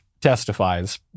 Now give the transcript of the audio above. testifies